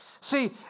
See